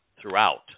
throughout